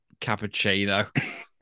cappuccino